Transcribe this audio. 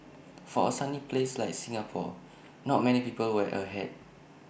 for A sunny place like Singapore not many people wear A hat